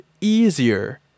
easier